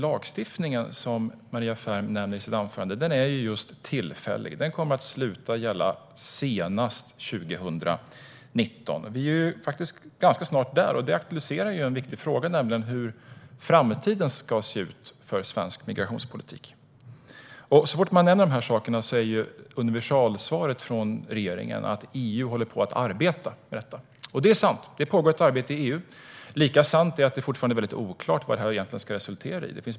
Lagstiftningen som Maria Ferm nämner i sitt anförande är tillfällig. Den kommer att sluta gälla senast 2019. Vi är ganska snart där, och det aktualiserar en viktig fråga. Hur ska framtiden för svensk migrationspolitik se ut? Så fort man nämner detta blir universalsvaret från regeringen att EU håller på och arbetar med det här. Det är sant. Det pågår ett arbete inom EU. Lika sant är att det fortfarande är väldigt oklart vad det egentligen ska resultera i.